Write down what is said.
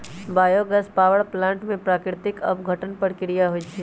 bio gas power plant में प्राकृतिक अपघटन प्रक्रिया होइ छइ